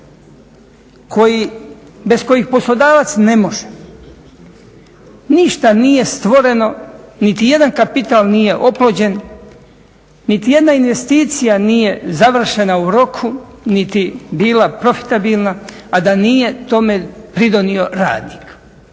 bez kojih poslodavac ne može ništa nije stvoreno, niti jedan kapital nije oplođen, niti jedna investicija nije završena u roku niti bila profitabilna a da nije tome pridonio radnik.